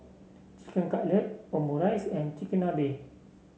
Chicken Cutlet Omurice and Chigenabe